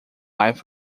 live